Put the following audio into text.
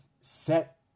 set